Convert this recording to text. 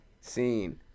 scene